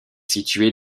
située